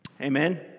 Amen